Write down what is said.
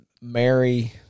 Mary